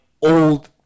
old